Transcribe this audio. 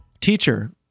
Teacher